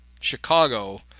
Chicago